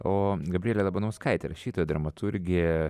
o gabrielė labanauskaitė rašytoja dramaturgė